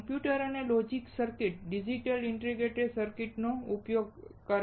computer અને logic circuits digital integrated circuits નો ઉપયોગ કરે છે